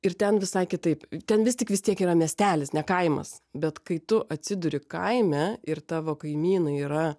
ir ten visai kitaip ten vis tik vis tiek yra miestelis ne kaimas bet kai tu atsiduri kaime ir tavo kaimynai yra